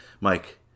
Mike